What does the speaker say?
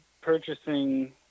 purchasing